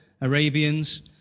Arabians